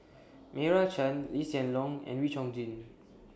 Meira Chand Lee Hsien Loong and Wee Chong Jin